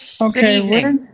Okay